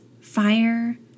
fire